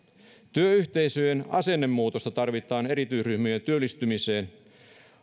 työyhteisöjen asennemuutosta tarvitaan erityisryhmien työllistymiseen